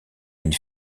une